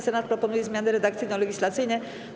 Senat proponuje zmiany redakcyjno-legislacyjne.